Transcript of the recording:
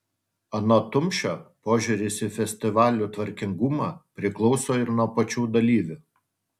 anot tumšio požiūris į festivalių tvarkingumą priklauso ir nuo pačių dalyvių